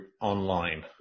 online